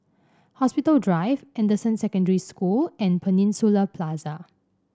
Hospital Drive Anderson Secondary School and Peninsula Plaza